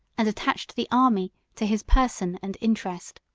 and attached the army to his person and interest.